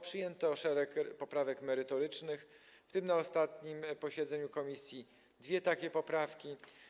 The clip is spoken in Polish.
Przyjęto szereg poprawek merytorycznych, w tym na ostatnim posiedzeniu komisji - dwie takie poprawki.